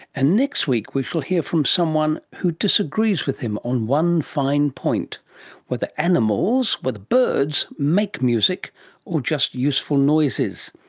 and next week we shall hear from someone who disagrees with him on one fine point whether animals, whether birds make music or just useful noises.